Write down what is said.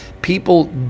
People